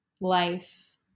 life